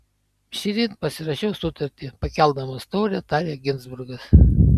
šįryt pasirašiau sutartį pakeldamas taurę tarė ginzburgas